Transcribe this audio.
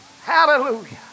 Hallelujah